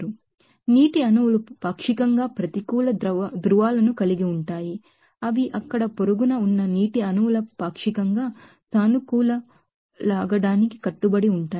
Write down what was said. కాబట్టి water molecules పాక్షికంగా negative poles ను కలిగి ఉంటాయి అవి అక్కడ పొరుగున ఉన్నವಾಟರ್ ಮೊಲೆಕ್ಯುಲೆಸ್పాక్షికంగా సానుకూల లాగడానికి కట్టుబడి ఉంటాయి